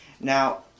now